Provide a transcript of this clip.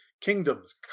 kingdoms